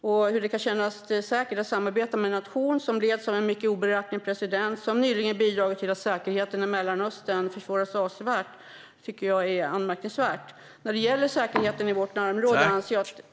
Att det kan kännas säkert att samarbeta med en nation som leds av en mycket oberäknelig president, som nyligen har bidragit till att avsevärt försvåra för säkerheten i Mellanöstern, tycker jag är anmärkningsvärt.